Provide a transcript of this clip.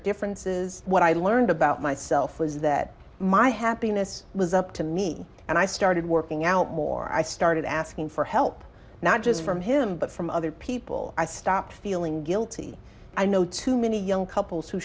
differences what i learned about myself was that my happiness was up to me and i started working out more i started asking for help not just from him but from other people i stopped feeling guilty i know too many young couples who